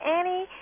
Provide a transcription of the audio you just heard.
Annie